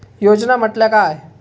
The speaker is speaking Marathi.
योजना म्हटल्या काय?